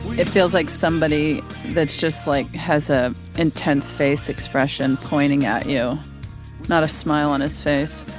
it feels like somebody that's just like has a intense face expression pointing at you not a smile on his face,